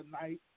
tonight